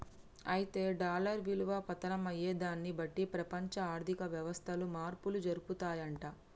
అయితే డాలర్ విలువ పతనం అయ్యేదాన్ని బట్టి ప్రపంచ ఆర్థిక వ్యవస్థలు మార్పులు జరుపుతాయంట